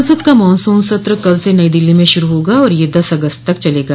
संसद का मॉनसून सत्र कल से नई दिल्ली में शुरू होगा और यह दस अगस्त तक चलेगा